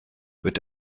wird